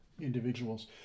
individuals